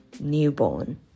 Newborn